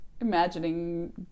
imagining